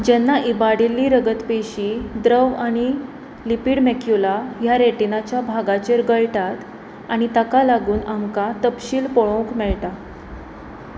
जेन्ना इबाडिल्ली रगतपेशी द्रव आनी लिपीड मॅक्युला ह्या रेटिनाच्या भागाचेर गळटात आनी ताका लागून आमकां तपशील पळोवंक मेळटा